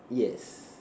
yes